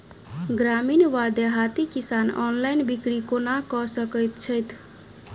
ग्रामीण वा देहाती किसान ऑनलाइन बिक्री कोना कऽ सकै छैथि?